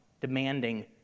demanding